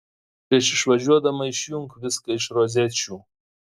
prieš išvažiuodama išjunk viską iš rozečių